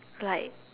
like